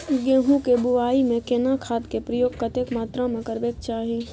गेहूं के बुआई में केना खाद के प्रयोग कतेक मात्रा में करबैक चाही?